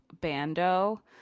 Bando